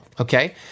okay